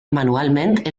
manualment